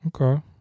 Okay